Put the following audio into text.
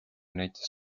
näitas